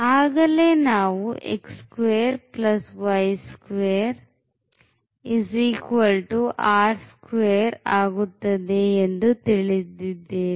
ಆಗಲೇ ನಾವು ಆಗುತ್ತದೆ ಎಂದು ತಿಳಿದಿದ್ದೇವೆ